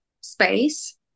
space